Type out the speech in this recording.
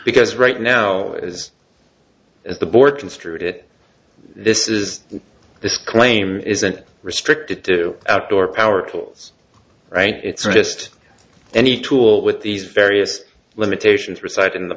because right now is the board construed it this is this claim isn't restricted to do outdoor power tools right it's just any tool with these various limitations reside in the